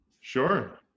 Sure